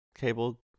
cable